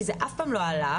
כי זה אף פעם לא עלה,